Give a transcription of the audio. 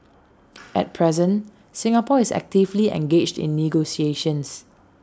at present Singapore is actively engaged in negotiations